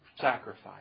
sacrifice